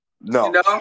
no